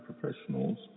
professionals